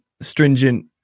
stringent